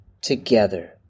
together